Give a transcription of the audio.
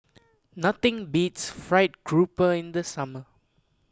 nothing beats Fried Grouper in the summer